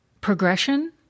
progression